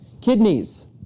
Kidneys